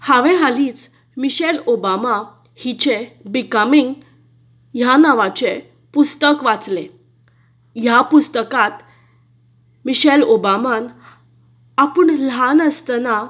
हांवें हालींच Michelle Obama हिचें बिकमींग ह्या नांवाचें पुस्तक वाचलें ह्या पुस्तकात मिशेल ओबामान आपूण ल्हान आसतना